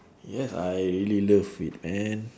yes I really love it man